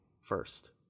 first